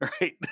Right